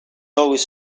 always